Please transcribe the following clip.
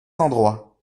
endroits